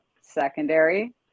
secondary